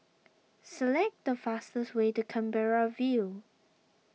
select the fastest way to Canberra View